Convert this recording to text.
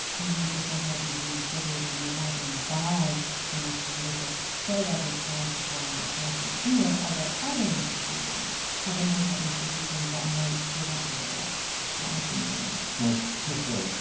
need to somehow be reinterpreted or reimagined by the next generation, so that they can perform this function. or are there other institutions, covenantal institutions, that might play that role? if that makes any sense. well, first of all,